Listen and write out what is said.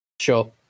Sure